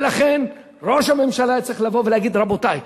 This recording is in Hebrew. ולכן ראש הממשלה צריך לבוא ולהגיד: רבותי,